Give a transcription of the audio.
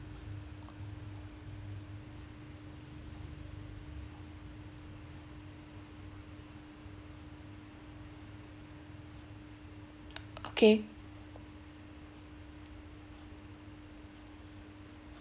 o~ okay